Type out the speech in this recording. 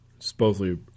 Supposedly